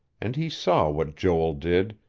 and he saw what joel did,